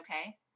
okay